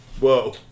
whoa